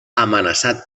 amenaçat